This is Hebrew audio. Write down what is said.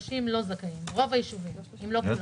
ב-30 שניות לא זכאים, רוב הישובים אם לא כולם.